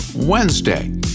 Wednesday